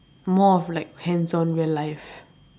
more of like hands on real life